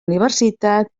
universitat